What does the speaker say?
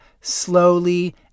slowly